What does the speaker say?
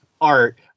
art